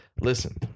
listen